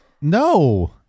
No